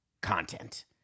content